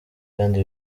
kandi